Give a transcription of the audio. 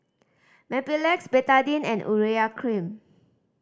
Mepilex Betadine and Urea Cream